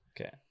Okay